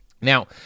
Now